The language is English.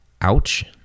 Ouch